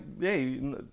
hey